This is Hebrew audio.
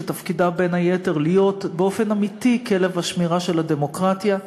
שתפקידה בין היתר להיות באופן אמיתי כלב השמירה של הדמוקרטיה,